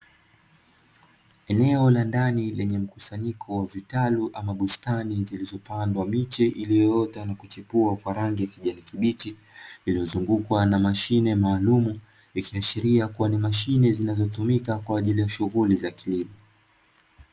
Eneo la ndani lenye mkusanyiko wa vitaru ama bustani zilizo pandwa miche iliyo ota na kuchipua kwa rangi ya kijani kibichi, yaliyo zungukwa na Mashine maalumu, ikiashiria kua ni Mashine zinazo tumika kwa ajili ya shughuli za kilimo.